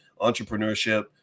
entrepreneurship